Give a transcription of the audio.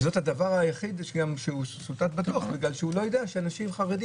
זה הדבר היחיד שצוטט בדוח בגלל שהוא לא יודע שאנשים חרדים